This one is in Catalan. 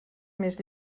més